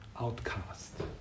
outcast